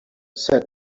said